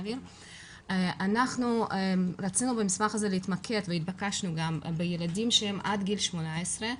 אנחנו התבקשנו במסמך הזה להתמקד בילדים שהם עד גיל 18,